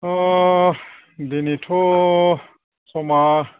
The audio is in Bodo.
अह दिनैथ' समा